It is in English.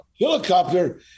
helicopter